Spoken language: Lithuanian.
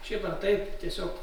šiaip ar taip tiesiog